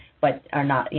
but are not, you